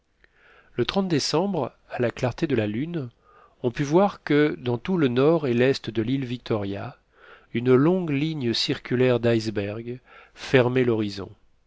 le décembre à la clarté de la lune on put voir que dans tout le nord et l'est de l'île victoria une longue ligne circulaire d'icebergs fermait l'horizon